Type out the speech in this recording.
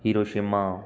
Hiroshima